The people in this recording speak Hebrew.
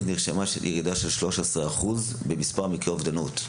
נרשמה ירידה של 13% במספר מקרי האובדנות.